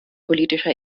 politischer